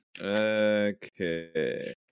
Okay